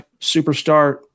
superstar